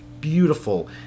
beautiful